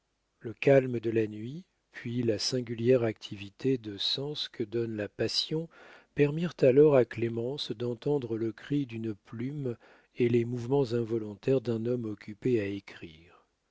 le calme de la nuit puis la singulière activité de sens que donne la passion permirent alors à clémence d'entendre le cri d'une plume et les mouvements involontaires d'un homme occupé à écrire